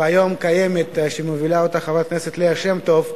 והיא קיימת היום ומובילה אותה חברת הכנסת ליה שמטוב,